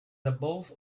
above